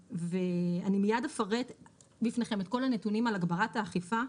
אני מייד אפרט בפניכם את כל הנתונים על הגברת האכיפה,